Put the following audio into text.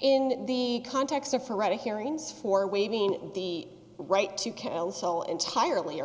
in the context of for writing hearings for waiving the right to counsel entirely or